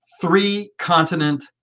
three-continent